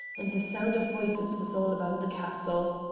and the sound of voices was all about the castle.